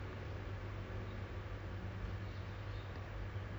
dia just kerja ah I mean sorry dia just sekolah lah